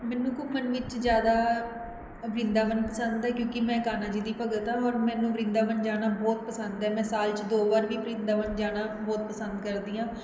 ਮੈਨੂੰ ਘੁੰਮਣ ਵਿੱਚ ਜ਼ਿਆਦਾ ਵ੍ਰਿੰਦਾਵਨ ਪਸੰਦ ਹੈ ਕਿਉਂਕਿ ਮੈਂ ਕਾਨ੍ਹਾ ਜੀ ਦੀ ਭਗਤ ਆ ਔਰ ਮੈਨੂੰ ਵ੍ਰਿੰਦਾਵਨ ਜਾਣਾ ਬਹੁਤ ਪਸੰਦ ਹੈ ਮੈਂ ਸਾਲ 'ਚ ਦੋ ਵਾਰ ਵੀ ਵ੍ਰਿੰਦਾਵਨ ਜਾਣਾ ਬਹੁਤ ਪਸੰਦ ਕਰਦੀ ਹਾਂ